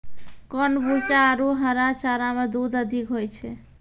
कोन भूसा आरु हरा चारा मे दूध अधिक होय छै?